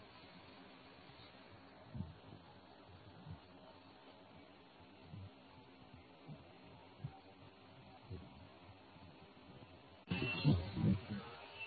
ಬಹುತೇಕ ಸದಾ ನಮ್ಮ ಕೈಬೆರಳುಗಳ ಚಲನೆ ಅನೇಕ ವಿಷಯಗಳನ್ನು ಹೇಳುತ್ತದೆ